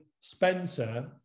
Spencer